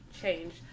change